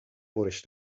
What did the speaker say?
برش